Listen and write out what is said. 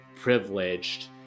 privileged